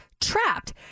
Trapped